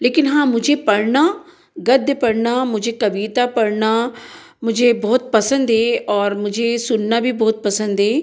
लेकिन हाँ मुझे पढ़ना गद्य पढ़ना मुझे कविता पढ़ना मुझे बहुत पसंद है ओर मुझे सुनना भी बहुत पसंद है